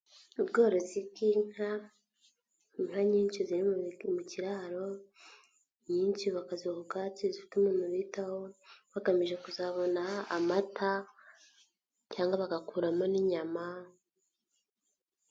Ubworozi bw'inka, inka nyinshi ziri mu kiraro nyinshi bakaziha ubwatsi zifite umuntu uzitaho bagamije kuzabona amata cyangwa bagakuramo n'inyama.